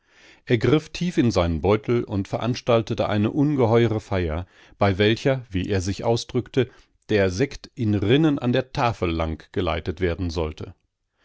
er griff tief in seinen beutel und veranstaltete eine ungeheure feier bei welcher wie er sich ausdrückte der sekt in rinnen an der tafel lang geleitet werden sollte